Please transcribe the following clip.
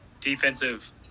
defensive